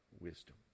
wisdom